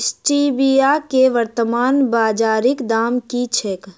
Stevia केँ वर्तमान बाजारीक दाम की छैक?